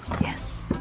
Yes